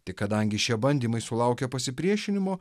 tik kadangi šie bandymai sulaukė pasipriešinimo